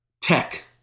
Tech